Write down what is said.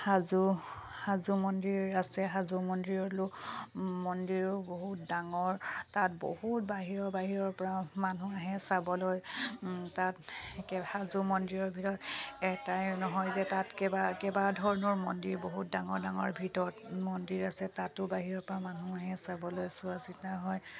হাজো হাজো মন্দিৰ আছে হাজো মন্দিৰলৈয়ো মন্দিৰো বহুত ডাঙৰ তাত বহুত বাহিৰৰ বাহিৰৰপৰা মানুহ আহে চাবলৈ তাত হাজো মন্দিৰৰ ভিতৰত এটাই নহয় যে তাত কেইবা কেইবা ধৰণৰ মন্দিৰ বহুত ডাঙৰ ডাঙৰ ভিতৰত মন্দিৰ আছে তাতো বাহিৰৰপৰা মানুহ আহে চাবলৈ চোৱা চিতা হয়